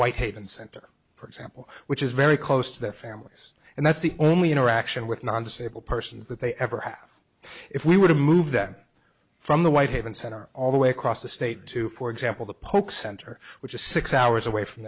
white haven center for example which is very close to their families and that's the only interaction with non disabled persons that they ever have if we were to move them from the white haven center all the way across the state to for example the polk center which is six hours away from